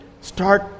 start